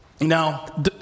Now